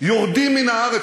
יורדים מן הארץ?